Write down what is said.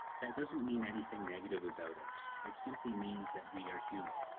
that doesn't mean anything negative about us, it simply means that we are human.